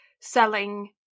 selling